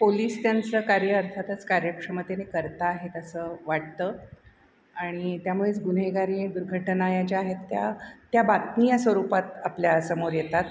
police त्यांचं कार्य अर्थातच कार्यक्षमतेने करता आहेत असं वाटतं आणि त्यामुळेच गुन्हेगारी दुर्घटना या ज्या आहेत त्या त्या बातमी या स्वरूपात आपल्या समोर येतात